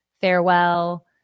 farewell